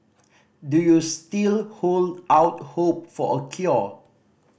do you still hold out hope for a cure